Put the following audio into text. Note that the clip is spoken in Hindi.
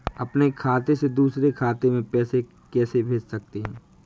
अपने खाते से दूसरे खाते में पैसे कैसे भेज सकते हैं?